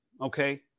Okay